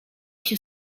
się